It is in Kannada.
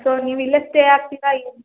ಸೊ ನೀವು ಇಲ್ಲೇ ಸ್ಟೇ ಆಗ್ತೀರಾ ಏನು